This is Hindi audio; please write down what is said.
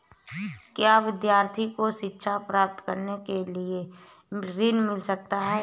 क्या विद्यार्थी को शिक्षा प्राप्त करने के लिए ऋण मिल सकता है?